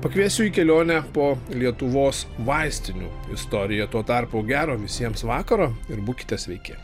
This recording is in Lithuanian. pakviesiu į kelionę po lietuvos vaistinių istoriją tuo tarpu gero visiems vakaro ir būkite sveiki